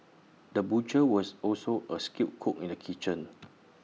the butcher was also A skilled cook in the kitchen